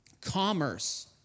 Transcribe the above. Commerce